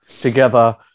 together